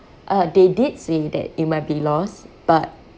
uh they did say that it might be lost but